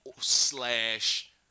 slash